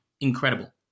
incredible